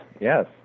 yes